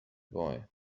boy